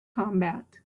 combat